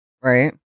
right